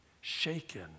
shaken